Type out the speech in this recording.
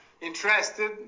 Interested